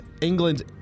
England